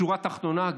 שורה תחתונה,